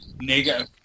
negative